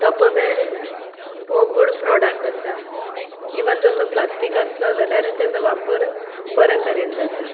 Tupperware हो good product आसा even though तो प्लास्टीक आसलो जाल्यारुय तेजो वापर बरें तरेन जाता